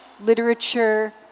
literature